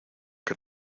que